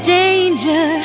danger